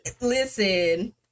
Listen